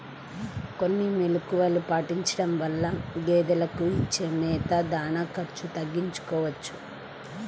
కొన్ని మెలుకువలు పాటించడం వలన గేదెలకు ఇచ్చే మేత, దాణా ఖర్చు తగ్గించుకోవచ్చును